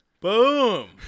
Boom